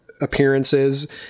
appearances